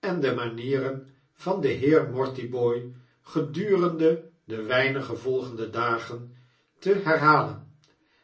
en demanieren van den heer mortibooi gedurende de weinige volgende dagen te herhalen